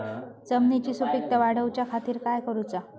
जमिनीची सुपीकता वाढवच्या खातीर काय करूचा?